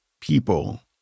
people